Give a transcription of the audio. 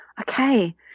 okay